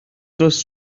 dros